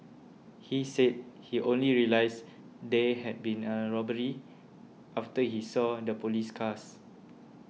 he said he only realised there had been a robbery after he saw the police cars